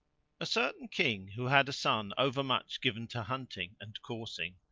a certain king, who had a son over much given to hunting and coursing,